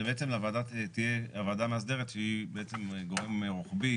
שבעצם הוועדה המסדרת, שהיא בעצם גורם רוחבי